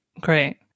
Great